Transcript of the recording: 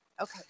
Okay